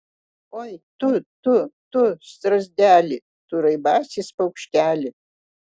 oi tu tu tu strazdeli tu raibasis paukšteli